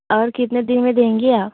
और कितने दिन में देंगी आप